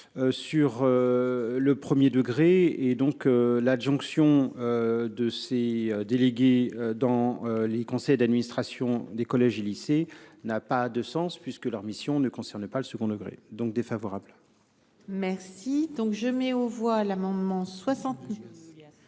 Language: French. sur le premier degré. L'adjonction de ces délégués dans les conseils d'administration des collèges et lycées n'a pas de sens, puisque leur mission ne concerne pas le second degré. Avis défavorable. La parole est à M. Pierre